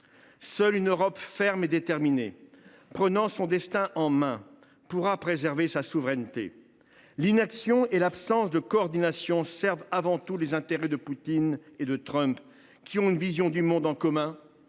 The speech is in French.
Seule une Europe ferme et déterminée, prenant son destin en main, pourra préserver sa souveraineté. L’inaction et l’absence de coordination servent avant tout les intérêts de Poutine et de Trump, qui, comme l’a justement